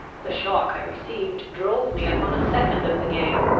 the shock i received drove me upon a second of the gang,